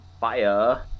fire